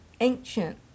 ancient